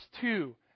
two